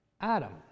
Adam